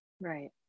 Right